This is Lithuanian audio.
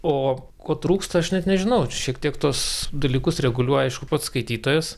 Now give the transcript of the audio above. o ko trūksta aš net nežinau šiek tiek tuos dalykus reguliuoja aišku pats skaitytojas